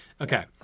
Okay